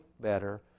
better